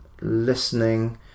listening